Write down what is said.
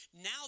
Now